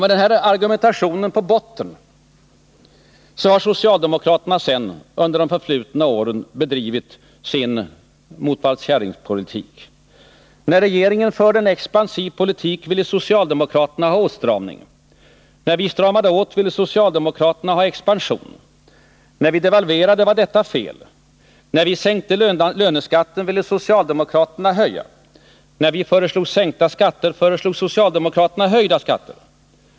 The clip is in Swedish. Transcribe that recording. Med denna argumentation i botten har socialdemokraterna sedan under de förflutna åren bedrivit sin Motvalls-kärring-politik. När regeringen förde en expansiv politik ville socialdemokraterna ha åtstramning. När vi stramade åt ville socialdemokraterna ha expansion. När vi devalverade var också detta fel. När vi sänkte löneskatten ville socialdemokraterna höja. När vi föreslog sänkta skatter föreslog socialdemokraterna höjda skatter.